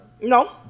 No